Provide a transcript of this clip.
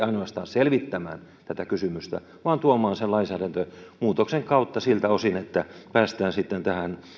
ainoastaan selvittämään tätä kysymystä vaan tuomaan sen lainsäädäntömuutoksen kautta siltä osin että päästään sitten